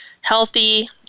healthy